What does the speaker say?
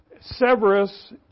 Severus